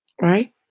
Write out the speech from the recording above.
right